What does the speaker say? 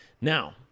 Now